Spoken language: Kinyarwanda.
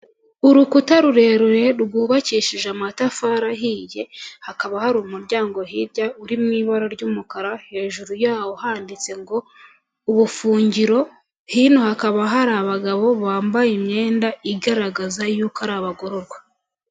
Urukuta rurerure rwubakishije amatafari ahiye hakaba hari umuryango hirya uri mu ibara ry'umukara, hejuru yawo handitse ngo ubufungiro, hino hakaba hari abagabo bambaye imyenda igaragaza y'uko ari abagororwa.